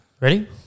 Ready